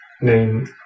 name